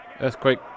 Earthquake